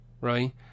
right